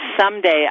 someday